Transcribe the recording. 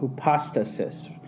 hypostasis